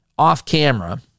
off-camera